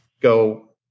go